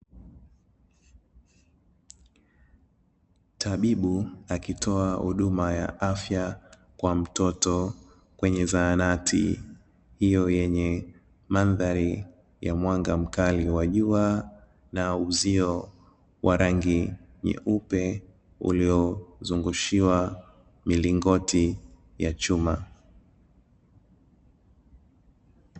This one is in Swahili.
Tabibu akitoa huduma ya afya kwa mtoto kwenye zahanati hiyo yenye mandhari ya mwanga mkali wa jua na uzio wa rangi nyeupe uliozungushiwa milingoti ya chuma.